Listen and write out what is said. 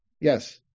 yes